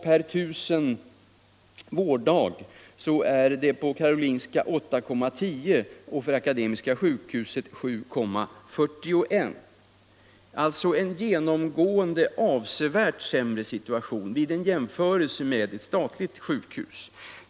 Per tusen vårddagar är siffran för Karolinska sjukhuset 8,10 och för Akademiska sjukhuset 7,41. Akademiska sjukhuset har alltså genomgående en avsevärt sämre situation vid en jämförelse med ett annat statligt sjukhus.